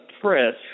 press